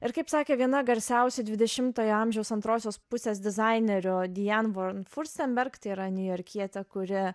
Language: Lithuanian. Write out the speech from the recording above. ir kaip sakė viena garsiausių dvidešimtojo amžiaus antrosios pusės dizainerių diane von furstenberg tai yra niujorkietė kuri